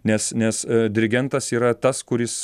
nes nes dirigentas yra tas kuris